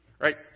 right